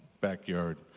backyard